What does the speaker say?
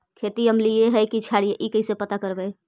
खेत अमलिए है कि क्षारिए इ कैसे पता करबै?